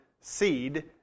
seed